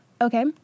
Okay